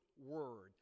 word